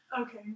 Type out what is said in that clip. Okay